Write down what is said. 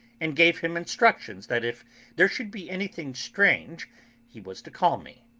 and gave him instructions that if there should be anything strange he was to call me.